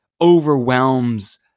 overwhelms